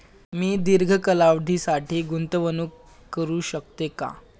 मी दीर्घ कालावधीसाठी गुंतवणूक करू शकते का?